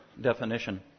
definition